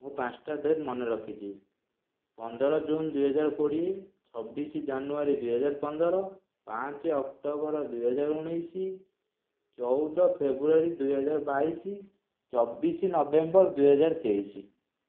ମୁଁ ପାଞ୍ଚଟା ମନେ ରଖିଛି ପନ୍ଦର ଜୁନ ଦୁଇହଜାର କୋଡ଼ିଏ ଚବିଶ ଜାନୁଆରୀ ଦୁଇହଜାର ପନ୍ଦର ପାଞ୍ଚ ଅକ୍ଟୋବର ଦୁଇହଜାର ଉଣେଇଶ ଚଉଦ ଫେବୃୟାରୀ ଦୁଇହଜାର ବାଇଶ ଚବିଶ ନଭେମ୍ବର ଦୁଇହଜାର ତେଇଶ